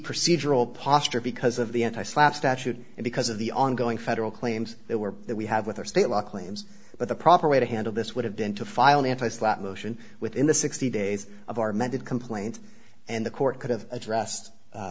procedural posture because of the anti slab statute and because of the ongoing federal claims that were that we have with our state law claims but the proper way to handle this would have been to file an anti slap motion within the sixty days of our amended complaint and the court could have addr